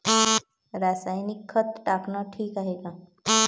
रासायनिक खत टाकनं ठीक हाये का?